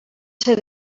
ser